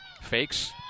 Fakes